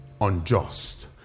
unjust